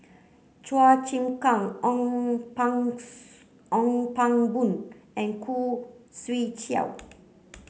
Chua Chim Kang Ong Pang Ong Pang Boon and Khoo Swee Chiow